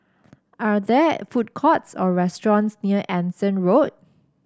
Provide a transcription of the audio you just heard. are there food courts or restaurants near Anson Road